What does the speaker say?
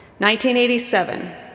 1987